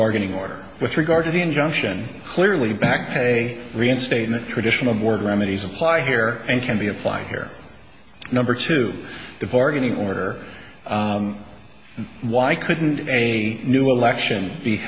bargaining order with regard to the injunction clearly backpay reinstatement traditional word remedies apply here and can be applied here number two the bargaining order why couldn't a new election be